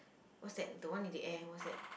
what's that the one in the air what's that